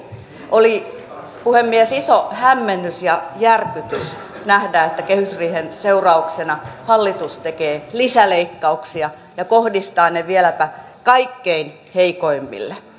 oli puhemies iso hämmennys ja järkytys nähdä että kehysriihen seurauksena hallitus tekee lisäleikkauksia ja kohdistaa ne vieläpä kaikkein heikoimmille